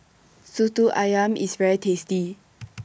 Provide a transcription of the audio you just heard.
Soto Ayam IS very tasty